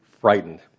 frightened